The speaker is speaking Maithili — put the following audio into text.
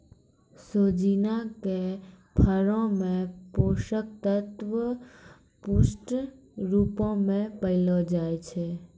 सोजिना के फरो मे पोषक तत्व पुष्ट रुपो मे पायलो जाय छै